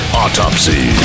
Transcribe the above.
autopsy